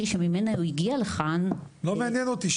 שממנה הוא הגיע לכאן --- לא מעניין אותי,